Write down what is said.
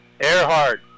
Earhart